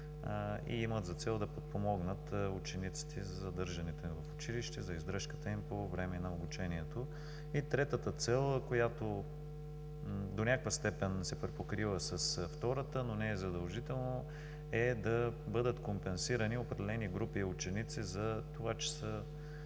и имат за цел да подпомогнат учениците за задържането им в училище, за издръжката им по време на обучението. И третата цел, която до някаква степен се припокрива с втората, но не е задължителна, е да бъдат компенсирани определени групи ученици за това, че са